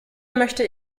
möchte